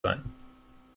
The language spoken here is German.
sein